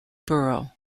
borough